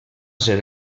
ser